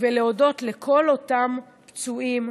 ולהודות לכל אותם פצועים,